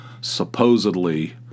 supposedly